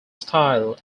style